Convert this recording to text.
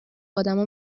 آدما